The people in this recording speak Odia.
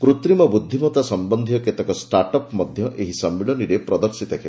କୃତ୍ରିମ ବୁଦ୍ଧିମତା ସମ୍ଭନ୍ଧୀୟ କେତେକ ଷ୍ଟାଟ୍ଅପ୍ ମଧ୍ୟ ଏହି ସମ୍ମିଳନୀରେ ପ୍ରଦର୍ଶିତ ହେବ